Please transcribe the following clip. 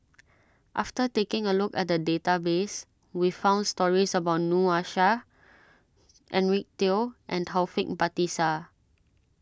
after taking a look at the database we found stories about Noor Aishah Eric Teo and Taufik Batisah